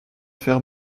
faire